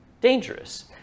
dangerous